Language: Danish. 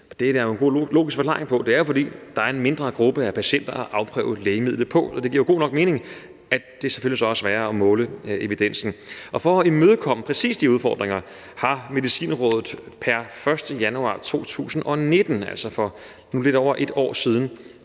det er der jo en logisk forklaring på. Det er jo, fordi der er en mindre gruppe af patienter at afprøve lægemidlet på. Og det giver jo god nok mening, at det selvfølgelig så er sværere at måle evidensen. For at imødekomme præcis de udfordringer har Medicinrådet pr. 1. januar 2019, altså for nu lidt over et år siden,